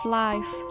life